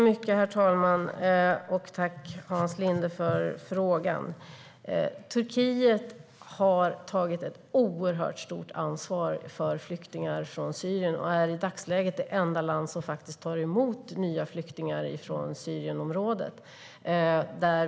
Herr talman! Tack, Hans Linde, för frågan! Turkiet har tagit ett oerhört stort ansvar för flyktingar från Syrien och är i dagsläget det enda land som tar emot nya flyktingar från Syrienområdet.